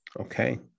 Okay